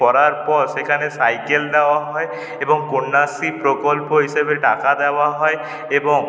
পড়ার পর সেখানে সাইকেল দেওয়া হয় এবং কন্যাশ্রী প্রকল্প হিসেবে টাকা দেওয়া হয় এবং